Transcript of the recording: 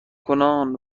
کنان